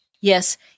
Yes